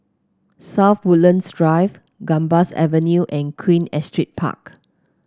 South Woodlands Drive Gambas Avenue and Queen Astrid Park